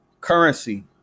currency